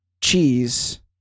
cheese